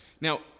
Now